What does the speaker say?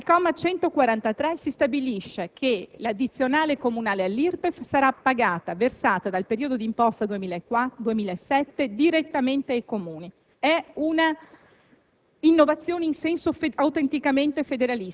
a mio avviso delle innovazioni fondamentali. Al comma 143 si stabilisce che l'addizionale comunale all'IRPEF sarà versata dal periodo di imposta 2007 direttamente ai Comuni. È